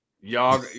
y'all